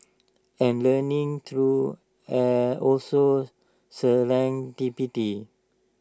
and learning through also serendipity